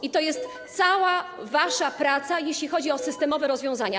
I to jest cała wasza praca, jeśli chodzi o systemowe rozwiązania.